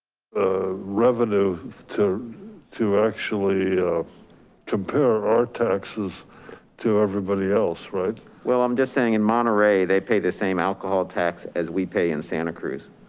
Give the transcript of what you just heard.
ah revenue to to actually compare our taxes to everybody else, right? well, i'm just saying in monterey, they pay the same alcohol tax as we pay in santa cruz.